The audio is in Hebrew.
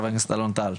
חבר הכנסת אלון טל.